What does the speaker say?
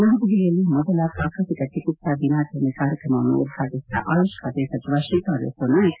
ನವದೆಪಲಿಯಲ್ಲಿ ಮೊದಲ ಪ್ರಾಕೃತಿಕ ಚಿಕಿತ್ತಾ ದಿನಾಚರಣೆಯ ಕಾಯಣ್ರಮವನ್ನು ಉದ್ಘಾಟಿಸಿದ ಆಯುಪ್ ಬಾತೆ ಸಚಿವ ಶ್ರೀಪಾದ್ ಯೆಸ್ಕೋ ನಾಯಕ್